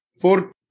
four